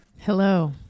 Hello